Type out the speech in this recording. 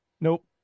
nope